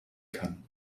kann